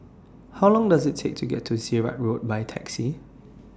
How Long Does IT Take to get to Sirat Road By Taxi